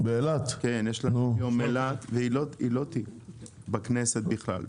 היא לא תהיה בכנסת בכלל.